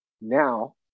now